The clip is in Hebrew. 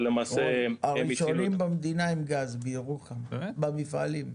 הראשון במדינה עם גז בירוחם, במפעלים.